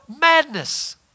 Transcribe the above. madness